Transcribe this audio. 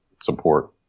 support